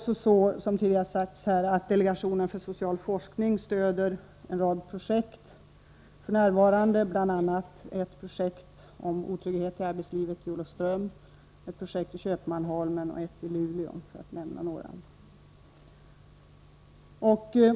Som tidigare har sagts stöder delegationen för social forskning f.n. en rad projekt, bl.a. ett i Olofström om otrygghet i arbetslivet, ett i Köpmanholmen och ett i Luleå, för att nämna några.